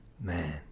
Man